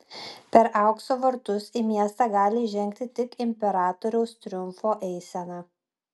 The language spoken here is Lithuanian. per aukso vartus į miestą gali įžengti tik imperatoriaus triumfo eisena